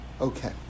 Okay